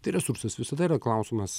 tai yra supsis visada yra klausimas